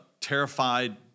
terrified